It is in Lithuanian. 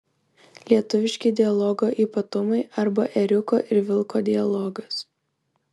lietuviški dialogo ypatumai arba ėriuko ir vilko dialogas